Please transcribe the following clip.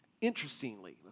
Interestingly